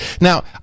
Now